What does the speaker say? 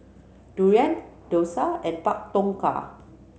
Durian Dosa and Pak Thong Ka